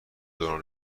دوران